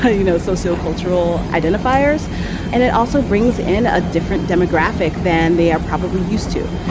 ah you know, socio cultural identifiers and it also brings in a different demographic than they are probably used to.